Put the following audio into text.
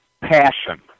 Passion